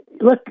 look